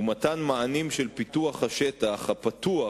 ומתן מענים של פיתוח השטח הפתוח